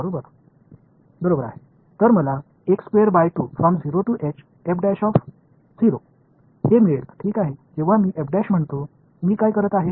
तर मला हे मिळेल ठीक आहे जेव्हा मी म्हणतो मी काय म्हणत आहे